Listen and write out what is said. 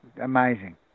amazing